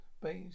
base